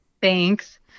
Thanks